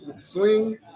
swing